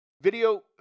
Video